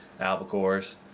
Albacores